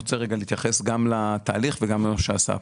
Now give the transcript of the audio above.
אני רוצה להתייחס גם לתהליך וגם למה שנעשה פה.